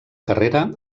carrera